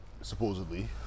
supposedly